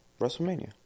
WrestleMania